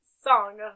Song